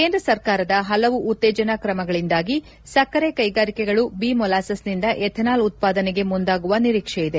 ಕೇಂದ್ರ ಸರ್ಕಾರದ ಹಲವು ಉತ್ತೇಜನ ಕ್ರಮಗಳಿಂದಾಗಿ ಸಕ್ಕರೆ ಕೈಗಾರಿಕೆಗಳು ಬಿ ಮೊಲಾಸು್ನಿಂದ ಎಥನಾಲ್ ಉತ್ಪಾದನೆಗೆ ಮುಂದಾಗುವ ನಿರೀಕ್ಷೆ ಇದೆ